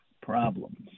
problems